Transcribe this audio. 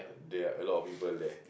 there are a lot of people there